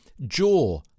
jaw